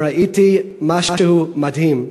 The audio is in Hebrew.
וראיתי משהו מדהים.